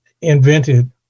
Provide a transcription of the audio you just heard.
invented